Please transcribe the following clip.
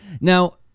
Now